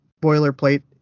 boilerplate